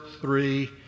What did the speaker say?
three